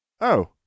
Oh